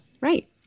Right